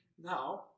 now